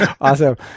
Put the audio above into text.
Awesome